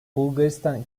bulgaristan